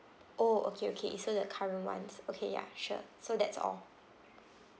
oh okay okay so the current ones okay ya sure so that's all